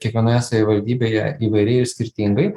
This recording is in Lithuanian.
kiekvienoje savivaldybėje įvairiai ir skirtingai